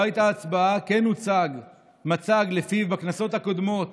לא הייתה הצבעה, כן הוצג מצג שלפיו בכנסות הקודמות